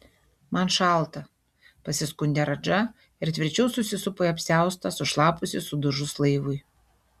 man šalta pasiskundė radža ir tvirčiau susisupo į apsiaustą sušlapusį sudužus laivui